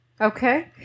okay